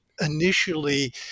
initially